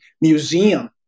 Museum